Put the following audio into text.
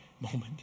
moment